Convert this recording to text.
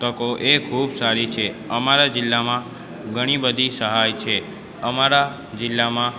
તકો એ ખૂબ સારી છે અમારા જિલ્લામાં ઘણી બધી સહાય છે અમારા જિલ્લામાં